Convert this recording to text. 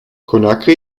conakry